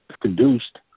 produced